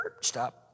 stop